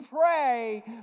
pray